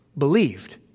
believed